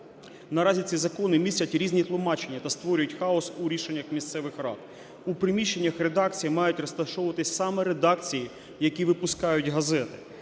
Наразі ці закони містять різні тлумачення та створюють хаос у рішеннях місцевих рад. У приміщеннях редакцій мають розташовуватись саме редакції, які випускають газети.